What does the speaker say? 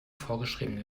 vorgeschrieben